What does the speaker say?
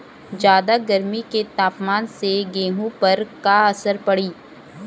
ज्यादा गर्मी के तापमान से गेहूँ पर का असर पड़ी?